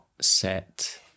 set